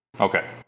Okay